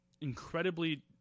Incredibly